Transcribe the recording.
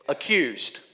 Accused